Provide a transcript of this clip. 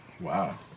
Wow